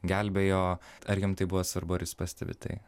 gelbėjo ar jiem tai buvo svarbu ar jūs pastebit tai